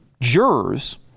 jurors